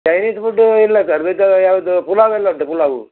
rice food ಇಲ್ಲ sir ಬೇಕಾದರೆ ಯಾವುದು ಪುಲಾವು ಎಲ್ಲ ಉಂಟು ಪುಲಾವು